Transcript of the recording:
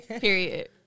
Period